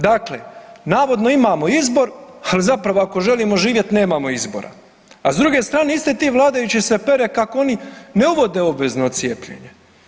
Dakle, navodno imamo izbor, al zapravo ako želimo živjet nemamo izbora, a s druge strane isti ti vladajući se peru kako oni ne uvode obvezno cijepljenje.